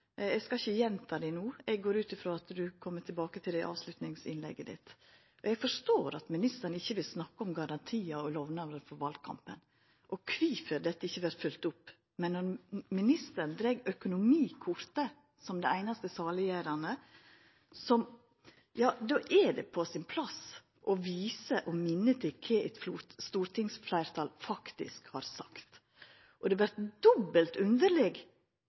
eg stilte. Eg skal ikkje gjenta dei no. Eg går ut frå at han kjem tilbake til dei i avslutningsinnlegget sitt. Eg forstår at ministeren ikkje vil snakka om garantiar og lovnader frå valkampen, og kvifor dette ikkje vert følgt opp. Men når ministeren dreg økonomikortet som det einaste saliggjerande, er det på sin plass å visa til og minna om kva eit stortingsfleirtal faktisk har sagt. Det vert dobbelt underleg